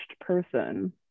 person